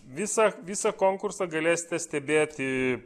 visą visą konkursą galėsite stebėti